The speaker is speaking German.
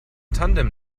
tandem